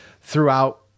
throughout